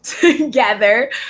together